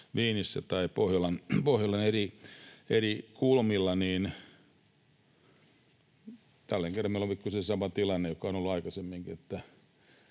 Wienissä tai Pohjolan eri kulmilla, niin tälläkin kerralla on kyseessä sama tilanne, joka on ollut aikaisemminkin,